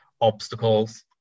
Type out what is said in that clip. obstacles